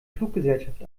fluggesellschaft